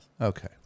Okay